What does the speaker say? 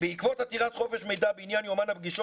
בעקבות עתירת חופש מידע בעניין יומן הפגישות